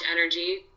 energy